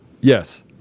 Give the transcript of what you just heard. Yes